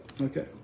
Okay